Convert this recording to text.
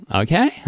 okay